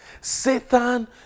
Satan